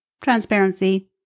transparency